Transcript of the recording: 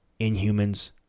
Inhumans